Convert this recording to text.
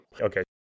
Okay